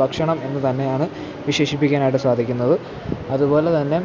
ഭക്ഷണം എന്നു തന്നെയാണ് വിശേഷിപ്പിക്കാനായിട്ടു സാധിക്കുന്നത് അതു പോലെ തന്നെ